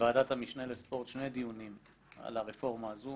בוועדת המשנה לספורט שני דיונים על הרפורמה הזאת,